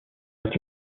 est